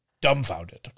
dumbfounded